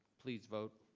please vote.